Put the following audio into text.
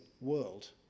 world